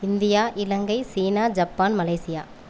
India Ilangai China Japan Malaysia